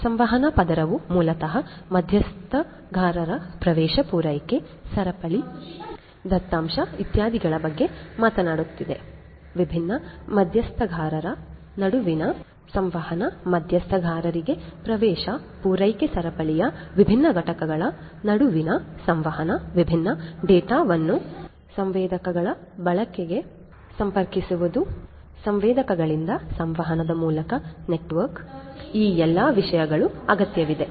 ಸಂವಹನ ಪದರವು ಮೂಲತಃ ಮಧ್ಯಸ್ಥಗಾರರ ಪ್ರವೇಶ ಪೂರೈಕೆ ಸರಪಳಿ ದತ್ತಾಂಶ ಇತ್ಯಾದಿಗಳ ಬಗ್ಗೆ ಮಾತನಾಡುತ್ತದೆ ವಿಭಿನ್ನ ಮಧ್ಯಸ್ಥಗಾರರ ನಡುವಿನ ಸಂವಹನ ಮಧ್ಯಸ್ಥಗಾರರಿಗೆ ಪ್ರವೇಶ ಪೂರೈಕೆ ಸರಪಳಿಯ ವಿಭಿನ್ನ ಘಟಕಗಳ ನಡುವಿನ ಸಂವಹನ ವಿಭಿನ್ನ ಡೇಟಾವನ್ನು ಸಂವೇದಕಗಳ ಬಳಕೆಗೆ ಸಂಪರ್ಕಿಸುವುದು ಸಂವೇದಕಗಳಿಂದ ಸಂವಹನದ ಮೂಲಕ ನೆಟ್ವರ್ಕ್ ಈ ಎಲ್ಲಾ ವಿಷಯಗಳು ಅಗತ್ಯವಿದೆ